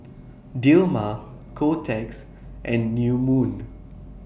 Dilmah Kotex and New Moon